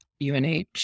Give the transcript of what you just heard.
UNH